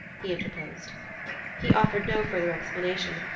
he interposed. he offered no further explanation,